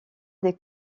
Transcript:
des